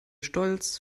stolz